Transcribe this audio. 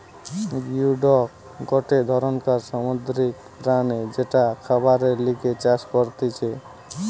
geoduck গটে ধরণকার সামুদ্রিক প্রাণী যেটা খাবারের লিগে চাষ করতিছে